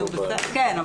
כן,